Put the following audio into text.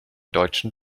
deutschen